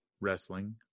Wrestling